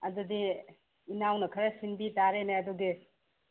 ꯑꯗꯨꯗꯤ ꯏꯅꯥꯎꯅ ꯈꯔ ꯁꯤꯟꯕꯤ ꯇꯥꯔꯦꯅꯦ ꯑꯗꯨꯗꯤ